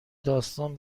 داستان